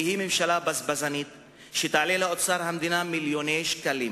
כי היא ממשלה בזבזנית שתעלה לאוצר המדינה מיליוני שקלים,